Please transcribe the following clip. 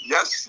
Yes